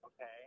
Okay